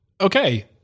okay